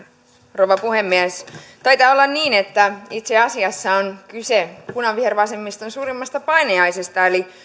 rouva puhemies taitaa olla niin että itse asiassa on kyse punavihervasemmiston suurimmasta painajaisesta eli